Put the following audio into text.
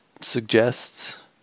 suggests